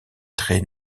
traits